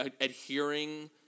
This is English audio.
adhering